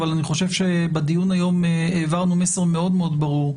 אבל אני חושב שבדיון היום העברנו מסר מאוד מאוד ברור,